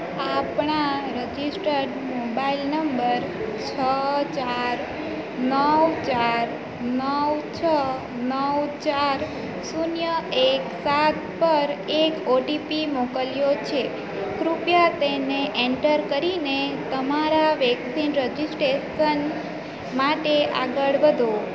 આપણા registered mobile number છ ચાર નવ ચાર નવ છ નવ ચાર શૂન્ય એક સાત પર એક ઓટીપી મોકલ્યો છે કૃપયા તેને એન્ટર કરીને તમારા વેક્સિન રજીસ્ટ્રેશન માટે આગળ વધો